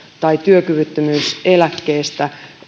ja työkyvyttömyys eläkkeestä